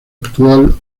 actual